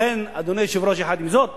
לכן, אדוני היושב-ראש, יחד עם זה,